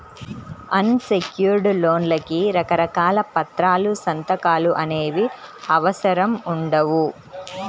అన్ secured లోన్లకి రకరకాల పత్రాలు, సంతకాలు అనేవి అవసరం ఉండవు